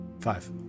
Five